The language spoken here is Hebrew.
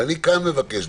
אני כאן מבקש,